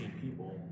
people